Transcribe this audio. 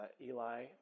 Eli